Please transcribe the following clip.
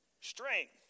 strength